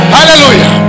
Hallelujah